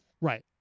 Right